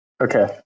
okay